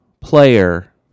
player